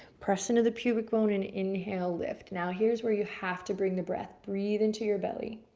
press into the pubic bone and inhale, lift. now, here's where you have to bring the breath, breathe into your belly.